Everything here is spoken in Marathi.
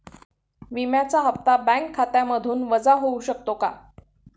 विम्याचा हप्ता बँक खात्यामधून वजा होऊ शकतो का?